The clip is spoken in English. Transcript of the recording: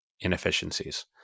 inefficiencies